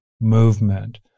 movement